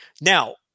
Now